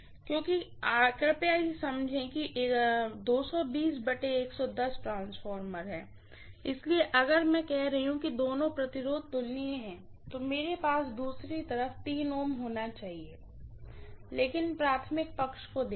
क्योंकि कृपया इसे समझें यह ट्रांसफार्मर है इसलिए अगर मैं कह रही हूँ कि दोनों रेजिस्टेंस तुलनीय हैं तो मेरे पास दूसरी तरफ समान Ω होना चाहिए लेकिन प्राइमरीसाइड को देखें